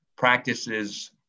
practices